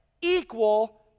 equal